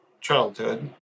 childhood